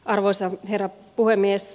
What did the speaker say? arvoisa herra puhemies